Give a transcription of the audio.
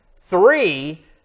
Three